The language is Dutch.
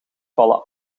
vallen